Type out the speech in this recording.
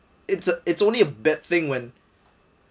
it's it's only a bad thing when